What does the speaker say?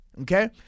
Okay